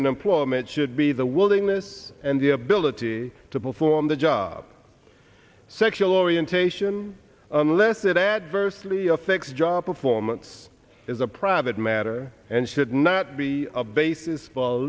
in employment should be the willingness and the ability perform the job sexual orientation unless it adversely affects job performance is a private matter and should not be a basis